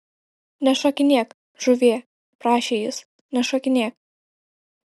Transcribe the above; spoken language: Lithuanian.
nešokinėk žuvie prašė jis nešokinėk